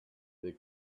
their